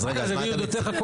אז רגע, מה אתה מציע?